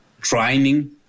training